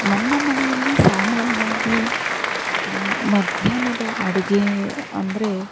ನಮ್ಮ ಮನೆಯಲ್ಲಿ ಸಾಮಾನ್ಯವಾಗಿ ಮಧ್ಯಾಹ್ನದ ಅಡುಗೆ ಅಂದರೆ